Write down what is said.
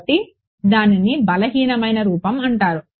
కాబట్టి దానిని బలహీనమైన రూపం అంటారు